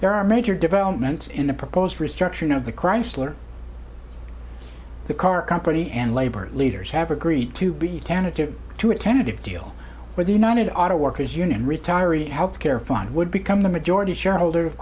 there are major developments in the proposed restructuring of the chrysler the car company and labor leaders have agreed to be tentative to a tentative deal where the united auto workers union retiree health care fund would become the majority shareholder of